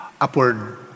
upward